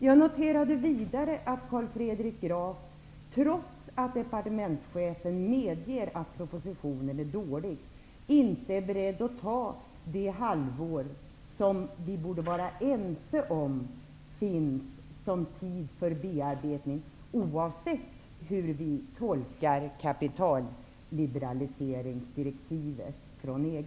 Jag noterar vidare att Carl Fredrik Graf, trots att departementschefen medger att propositionen är dålig, inte är beredd att gå med på det halvår som vi borde vara ense om finns för bearbetning, detta oavsett hur vi tolkar kapitalliberaliseringsdirektivet från EG.